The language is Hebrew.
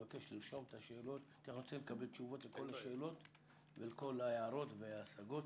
אני מבקש לרשום את השאלות כדי לקבל תשובות עם כל ההערות וההשגות.